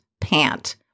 pant